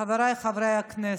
חבריי חברי הכנסת,